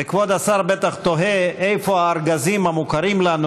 וכבוד השר בטח תוהה איפה הארגזים המוכרים לנו,